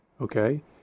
okay